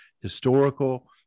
historical